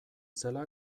zela